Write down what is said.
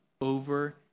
over